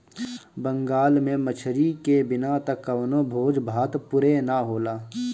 बंगाल में मछरी के बिना त कवनो भोज भात पुरे ना होला